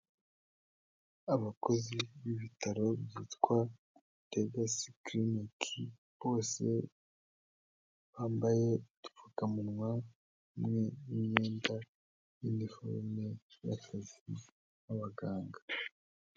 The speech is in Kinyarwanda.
Abakozi b'ibitaro byitwa Legacy clinic, bose bambaye udupfukamunwa hamwe n'imyenda y'iniforume y'akazi y'abaganga.